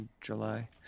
July